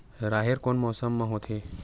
राहेर कोन मौसम मा होथे?